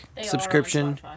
subscription